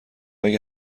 اگه